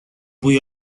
بوی